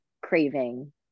craving